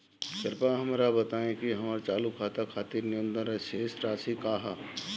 कृपया हमरा बताइं कि हमर चालू खाता खातिर न्यूनतम शेष राशि का ह